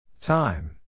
Time